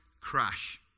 crash